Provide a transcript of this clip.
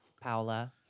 Paola